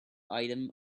item